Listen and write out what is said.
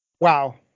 Wow